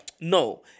No